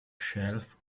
shelf